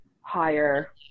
higher